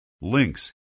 links